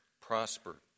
prosper